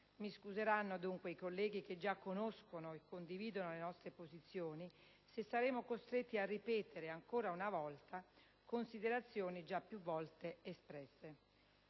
Mi scuseranno dunque i colleghi che già conoscono e condividono le nostre posizioni, se saremo costretti a ripetere ancora una volta considerazioni già più volte espresse.